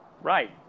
Right